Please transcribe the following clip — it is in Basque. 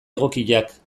egokiak